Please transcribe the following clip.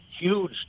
huge